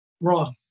wrong